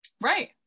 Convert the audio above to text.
Right